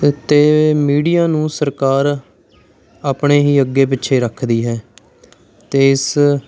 ਅਤੇ ਮੀਡੀਆ ਨੂੰ ਸਰਕਾਰ ਆਪਣੇ ਹੀ ਅੱਗੇ ਪਿੱਛੇ ਰੱਖਦੀ ਹੈ ਅਤੇ ਇਸ